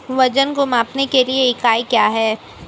वजन को मापने के लिए इकाई क्या है?